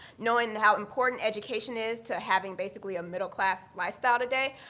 knowing how important education is to having basically a middle class lifestyle today,